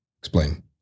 Explain